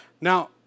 Now